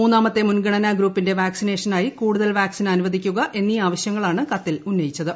മൂന്നാമത്തെ മുൻഗണനാ ഗ്രൂപ്പിന്റെ വാക് സിനേഷനായി കൂടുതൽ വാക്സിൻ അനുവദിക്കുക എന്നീ ആവശ്യങ്ങളാണ് കത്തിൽ ഉന്നയിച്ചത്